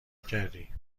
کردی